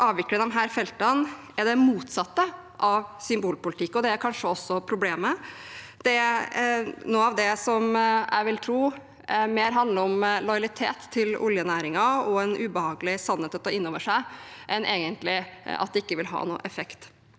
Å avvikle disse feltene er det motsatte av symbolpolitikk, og det er kanskje også problemet. Noe av det tror jeg handler mer om lojalitet til oljenæringen og at det er en ubehagelig sannhet å ta inn over seg, enn egentlig at det ikke vil ha noe effekt.